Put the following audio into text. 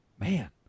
Man